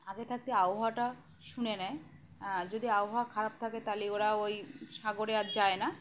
আগে থাকতে আবহাওয়াটা শুনে নেয় যদি আবহাওয়া খারাপ থাকে তাহলে ওরা ওই সাগরে আর যায় না